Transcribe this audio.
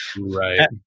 Right